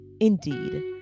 Indeed